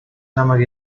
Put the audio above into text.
намайг